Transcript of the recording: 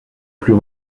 plus